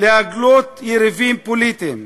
הגליית יריבים פוליטיים.